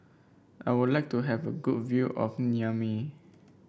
I would like to have a good view of Niamey